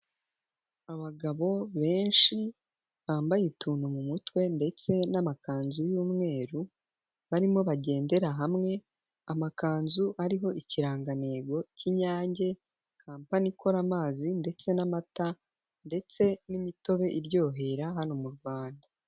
Abagabo benshi bambaye utuntu mu mutwe ndetse n'amakanzu y'umweru, barimo bagendera hamwe amakanzu ariho ikirangantego cy'inyange company ikora amazi ndetse n'amata, ndetse n'imitobe iryohera hano mu rwanda.